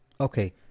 okay